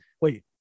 wait